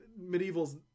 medieval's